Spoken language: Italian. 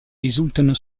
risultano